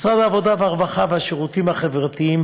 משרד העבודה, הרווחה והשירותים החברתיים